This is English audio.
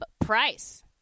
price